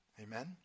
Amen